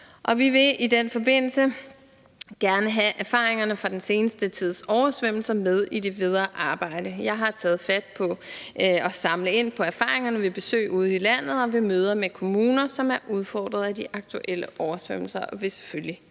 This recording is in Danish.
vi vil i den forbindelse gerne have erfaringerne fra den seneste tids oversvømmelser med i det videre arbejde. Jeg har taget fat på at samle ind på erfaringerne ved besøg ude i landet og ved møder med kommuner, som er udfordret af de aktuelle oversvømmelser, og jeg vil selvfølgelige